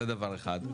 זה דבר אחד.